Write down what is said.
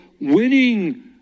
winning